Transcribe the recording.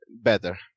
better